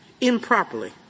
improperly